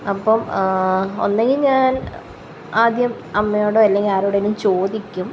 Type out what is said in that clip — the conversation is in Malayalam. അപ്പം ഒന്നുകിൽ ഞാന് ആദ്യം അമ്മയോടോ അല്ലെങ്കിൽ ആരോടെങ്കിലും ചോദിക്കും